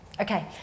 Okay